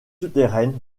souterraines